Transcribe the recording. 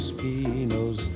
pinos